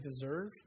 deserve